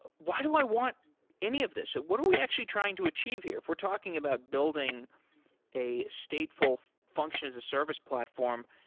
why do i want any of this? what are we actually trying to achieve here? if we're talking about building a stateful functions as a service platform,